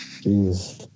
Jesus